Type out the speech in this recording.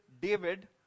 David